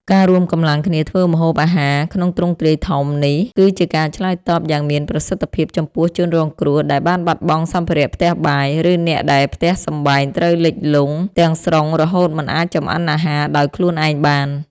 ការរួមកម្លាំងគ្នាធ្វើម្ហូបអាហារក្នុងទ្រង់ទ្រាយធំនេះ គឺជាការឆ្លើយតបយ៉ាងមានប្រសិទ្ធភាពចំពោះជនរងគ្រោះដែលបានបាត់បង់សម្ភារៈផ្ទះបាយ ឬអ្នកដែលផ្ទះសម្បែងត្រូវលិចលង់ទាំងស្រុងរហូតមិនអាចចម្អិនអាហារដោយខ្លួនឯងបាន។